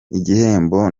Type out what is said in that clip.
igihembo